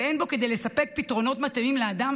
ואין בו כדי לספק פתרונות מתאימים לאדם